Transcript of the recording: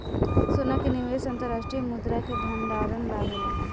सोना के निवेश अंतर्राष्ट्रीय मुद्रा के भंडारण ला होला